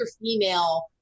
female